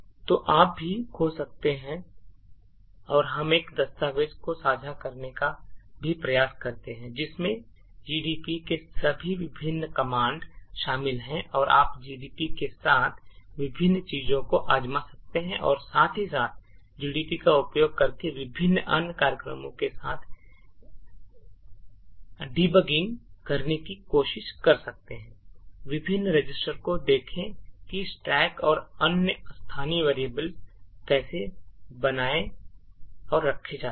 तो आप भी खोज सकते हैं और हम एक दस्तावेज़ को साझा करने का भी प्रयास करेंगे जिसमें gdb के सभी विभिन्न कमांड शामिल हैं और आप gdb के साथ विभिन्न चीजों को आज़मा सकते हैं और साथ ही साथ gdb का उपयोग करके विभिन्न अन्य कार्यक्रमों के साथ ऐसी डीबगिंग करने की कोशिश कर सकते हैं विभिन्न रजिस्टर को देखें कि स्टैक और अन्य स्थानीय वेरिएबल कैसे बनाए रखे जाते हैं